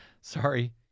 sorry